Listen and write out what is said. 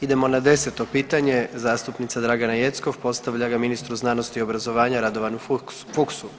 Idemo na 10 pitanje, zastupnica Dragana Jeckov postavlja ga ministru znanosti i obrazovanja Radovanu Fuchsu.